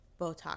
Botox